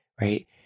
right